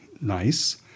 nice